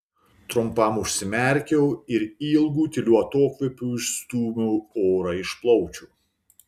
trumpam užsimerkiau ir ilgu tyliu atokvėpiu išstūmiau orą iš plaučių